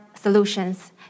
solutions